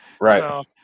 Right